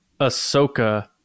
Ahsoka